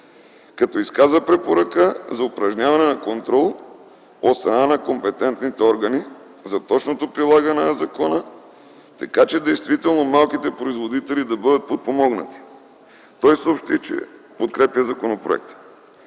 Като изказа препоръка за упражняване на контрол от страна на компетентните органи за точното прилагане на закона, така че действително малките производители да бъдат подпомогнати, той съобщи, че подкрепя законопроекта.